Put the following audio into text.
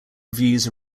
reviews